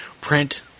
print